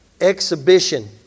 exhibition